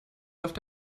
läuft